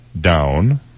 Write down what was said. down